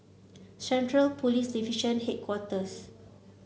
Central Police Division Headquarters